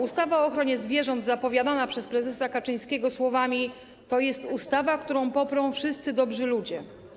Ustawa o ochronie zwierząt była zapowiadana przez prezesa Kaczyńskiego słowami: To jest ustawa, którą poprą wszyscy dobrzy ludzie.